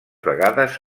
vegades